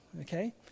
okay